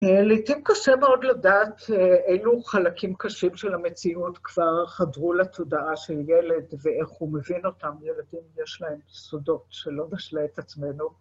לעיתים קשה מאוד לדעת אילו חלקים קשים של המציאות כבר חדרו לתודעה של ילד ואיך הוא מבין אותם. ילדים יש להם סודות, שלא נשלה את עצמנו.